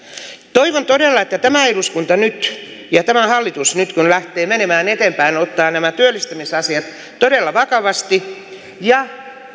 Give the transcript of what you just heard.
toivon todella että tämä eduskunta ja tämä hallitus nyt kun lähtee menemään eteenpäin ottaa nämä työllistämisasiat todella vakavasti ja